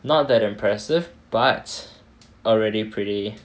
not that impressive but already pretty